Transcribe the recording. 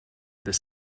this